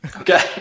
Okay